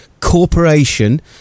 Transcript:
corporation